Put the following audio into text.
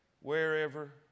Wherever